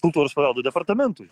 kultūros paveldo departamentui